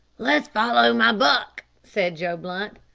let's follow my buck, said joe blunt.